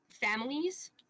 families